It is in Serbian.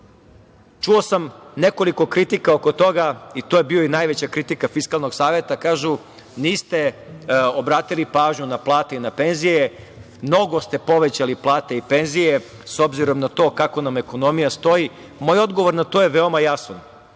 čuo sam nekoliko kritika oko toga i to je bila najveća kritika Fiskalnog saveta, kažu – niste obratili pažnju na plate i penzije, mnogo ste povećali plate i penzije s obzirom na to kako nam ekonomija stoji. Moj odgovor na to je veoma jasan